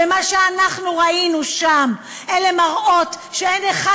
ומה שאנחנו ראינו שם אלה מראות שאין אחד